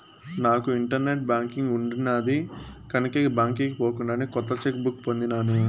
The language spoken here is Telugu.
నాకు ఇంటర్నెట్ బాంకింగ్ ఉండిన్నాది కనుకే బాంకీకి పోకుండానే కొత్త చెక్ బుక్ పొందినాను